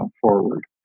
forward